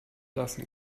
lassen